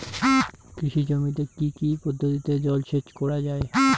কৃষি জমিতে কি কি পদ্ধতিতে জলসেচ করা য়ায়?